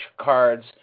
cards